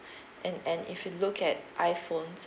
and and if you look at iphones